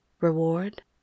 reward